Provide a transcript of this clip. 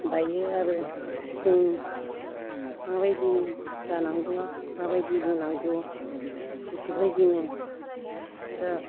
दायो आरो जों माबायदि दानांगौ माबायदि लुनांगौ बेफोरबायदिनो जा